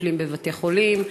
מטפלים בבתי-חולים,